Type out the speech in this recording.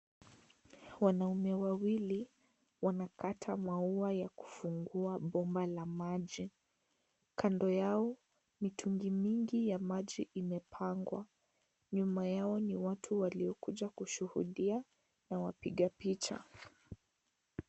Wanaume wawili, wanakata maua ya kufungua boma la maji. Kando yao, mitungi mingi ya maji imepangwa. Nyuma yao, ni watu waliokuja kushuhudia na wapiga picha.